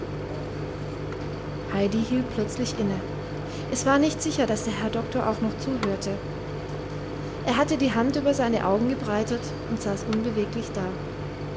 heidi hielt plötzlich inne es war nicht sicher daß der herr doktor auch noch zuhöre er hatte die hand über seine augen gebreitet und saß unbeweglich da